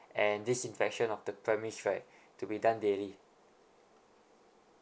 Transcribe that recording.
and disinfection of the premise right to be done daily